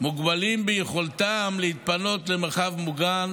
מוגבלים ביכולתם להתפנות למרחב מוגן,